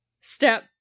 step